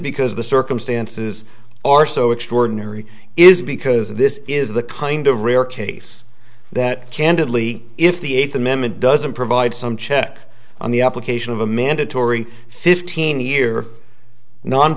because the circumstances are so extraordinary is because this is the kind of rare case that candidly if the eighth amendment doesn't provide some check on the application of a mandatory fifteen year non